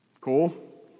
Cool